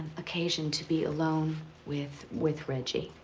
occasion to be alone with with reggie?